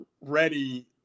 ready